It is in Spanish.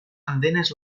andenes